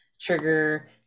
trigger